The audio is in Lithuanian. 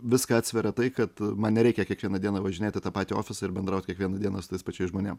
viską atsveria tai kad man nereikia kiekvieną dieną važinėti į tą patį ofisą ir bendrauti kiekvieną dieną su tais pačiais žmonėm